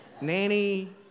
nanny